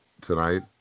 tonight